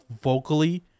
vocally